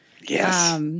Yes